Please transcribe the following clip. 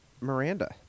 Miranda